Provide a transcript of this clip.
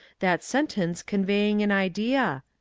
that sentence conveying an idea?